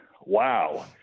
Wow